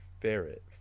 Ferret